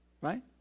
right